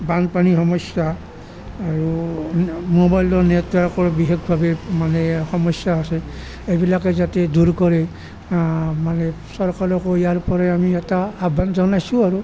বানপানী সমস্যা আৰু ম'বাইলৰ নেটৱৰ্কৰ বিশেষভাৱে মানে সমস্যা আছে এইবিলাকে যাতে দূৰ কৰে মানে চৰকাৰকো ইয়াৰ পৰাই আমি এটা আহ্বান জনাইছোঁ আৰু